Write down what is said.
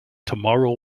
tomorrow